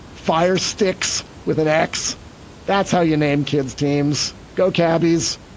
fire sticks with an axe that's how you name kids teams. go cabbie's,